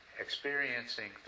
experiencing